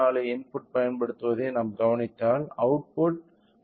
04 input பயன்படுத்தப்படுவதை நாம் கவனித்தால் அவுட்புட் 10